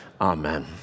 Amen